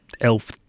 elf